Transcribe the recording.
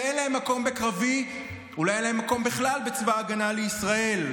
שאין להן מקום בקרבי ואולי אין להן מקום בכלל בצבא ההגנה לישראל,